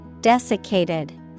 Desiccated